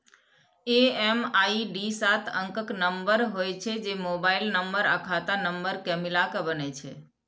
MMID सात अंकक number होइ छै, जे मोबाइल नंबर आ खाता नंबर कें मिलाके बनै छै